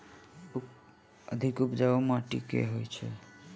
अधिक उपजाउ माटि केँ होइ छै?